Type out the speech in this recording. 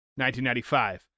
1995